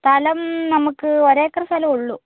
സ്ഥലം നമുക്ക് ഒരേക്കർ സ്ഥലം ഉള്ളൂ